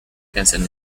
canción